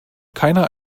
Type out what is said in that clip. keiner